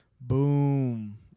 Boom